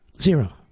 zero